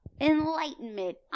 enlightenment